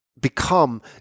become